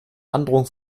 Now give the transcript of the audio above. androhung